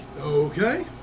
Okay